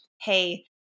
Hey